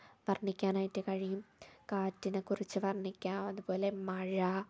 വർണിക്കാനായിട്ട് കഴിയും കാറ്റിനെക്കുറിച്ചു വർണിക്കാം അതുപോലെ മഴ